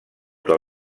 del